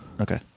Okay